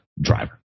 driver